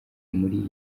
muri